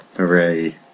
Hooray